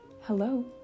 Hello